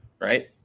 right